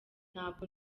ntabwo